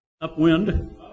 Upwind